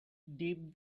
dip